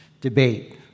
debate